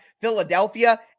Philadelphia